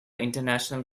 international